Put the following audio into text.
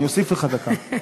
אני אוסיף לך דקה.